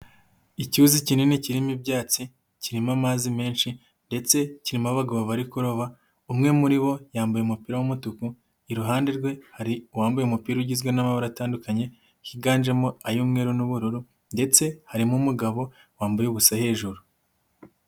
Icyuzi kinini kirimo ibyatsi kirimo amazi menshi ndetse kirimo abagabo bari kuroba, umwe muri bo yambaye umupira w'umutuku, iruhande rwe hari uwambaye umupira ugizwe n'amabara atandukanye higanjemo ay'umweru n'ubururu ndetse harimo umugabo wambaye ubusa hejuru.